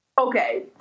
Okay